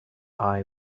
eye